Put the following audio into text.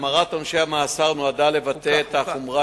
החמרת עונשי המאסר נועדה לבטא את החומרה